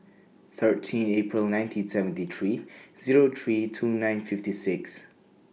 thirteen April nineteen seventy three Zero three two nine fifty six